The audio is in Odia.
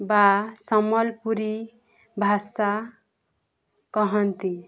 ବା ସମ୍ବଲପୁରୀ ଭାଷା କହନ୍ତି